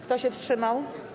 Kto się wstrzymał?